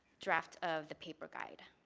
draft of the paper guide.